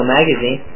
Magazine